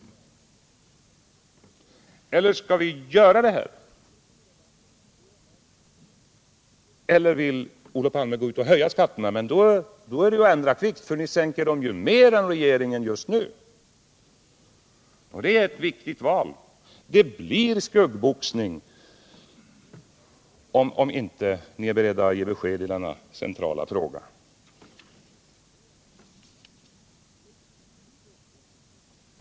Eller skall vi vidta de åtgärder som vi har pekat på? Eller vill Olof Palme höja skatterna? I så fall har ni ändrat er kvickt, för ni sänker ju skatterna mer än vad regeringen gör just nu. Detta är ett viktigt val. Det blir skuggboxning, om ni inte är beredda att ge besked i denna centrala fråga.